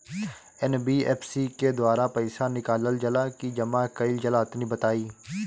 NBFC के द्वारा पईसा निकालल जला की जमा कइल जला तनि बताई?